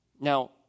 Now